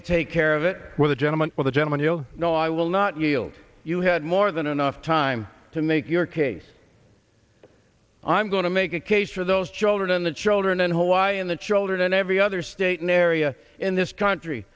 to take care of it with a gentleman with a gentleman you know i will not yield you had more than enough time to make your case i'm going to make a case for those children and the children in hawaii and the children in every other state an area in this country